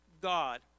God